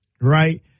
right